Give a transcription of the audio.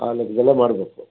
ಆ ಲೆಕ್ಕದಲ್ಲೇ ಮಾಡಬೇಕು